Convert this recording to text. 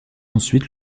ensuite